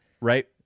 right